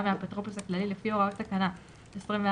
מהאפוטרופוס הכללי לפי הוראות תקנה 24(ג)